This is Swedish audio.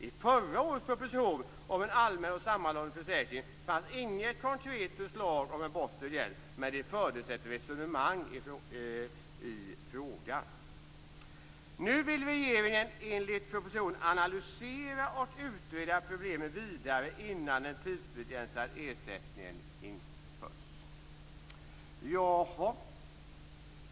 I förra vårens proposition om en allmän och sammanhållen försäkring - fanns inget konkret förslag om en bortre gräns men det fördes ett resonemang i frågan". Nu vill regeringen enligt propositionen analysera och utreda problemen vidare innan en tidsbegränsad ersättning införs.